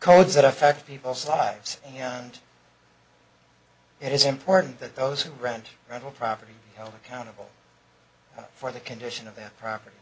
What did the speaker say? codes that affect people's lives and it is important that those who grant rental property held accountable for the condition of their property